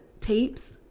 tapes